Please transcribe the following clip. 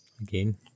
Again